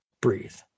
breathe